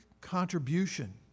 contribution